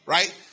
Right